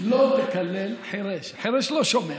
"לא תקלל חֵרֵש" חירש לא שומע,